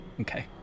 Okay